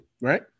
Right